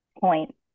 point